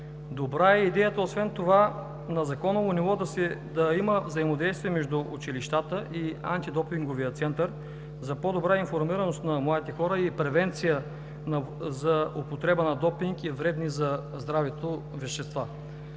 Добра е идеята, освен това, на законово ниво да има взаимодействие между училищата и антидопинговия център, за по-добра информираност на младите хора и превенция за употреба на допинг и вредни за здравето вещества.